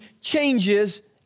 changes